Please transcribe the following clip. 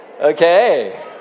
Okay